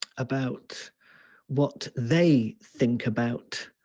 about what they think about